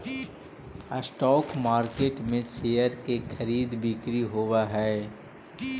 stock market में share के खरीद बिक्री होवऽ हइ